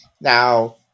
Now